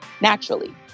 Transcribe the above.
Naturally